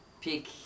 pick